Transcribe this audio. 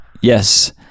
yes